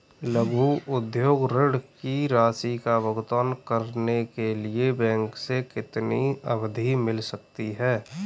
लघु उद्योग ऋण की राशि का भुगतान करने के लिए बैंक से कितनी अवधि मिल सकती है?